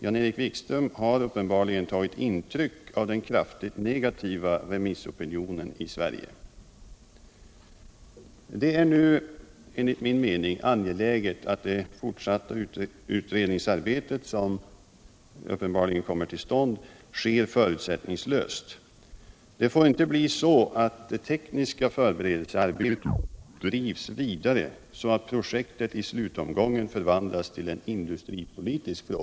Han har uppenbarligen tagit intryck av den kraftigt negativa remissopinionen. Det är nu enligt min uppfattning angeläget att det fortsatta utredningsarbete som uppenbarligen kommer till stånd sker förutsättningslöst. Det får inte bli så att det tekniska förberedelsearbetet drivs vidare så att projektet i slutomgången förvandlas till en industripolitisk fråga. I det fortsatta utredningsarbetet måste frågor om programpolitik, kulturpolitik, programkoordinering, inköpspolitik och upphovsrätt behandlas. Projektet måste ses i relation till behov av andra åtgärder på massmediaområdet.